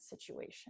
situation